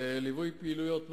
ליווי פעילויות מע"צ,